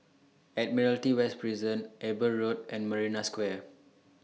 Admiralty West Prison Eber Road and Marina Square